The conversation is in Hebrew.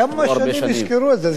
כמה שנים יזכרו את זה?